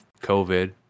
COVID